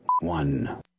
One